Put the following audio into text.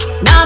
Now